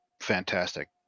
fantastic